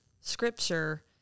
scripture